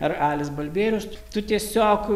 ar alis balbierius tu tiesiog